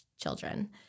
children